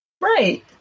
Right